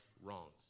wrongs